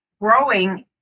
growing